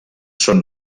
són